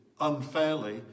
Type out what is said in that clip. unfairly